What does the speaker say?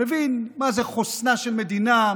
מבין מה זה חוסנה של מדינה,